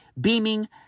beaming